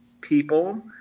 people